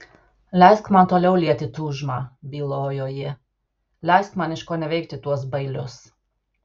leisk man toliau lieti tūžmą bylojo ji leisk man iškoneveikti tuos bailius